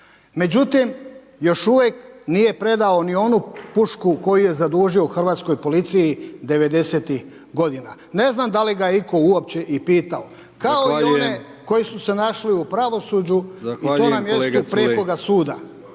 Međutim, još uvijek nije predao ni onu pušku koju je zadužio u hrvatskoj policiji 90-tih godina. Ne znam da li ga je itko uopće i pitao kao i one koji su se našli u pravosuđu i to na mjestu prekoga suda.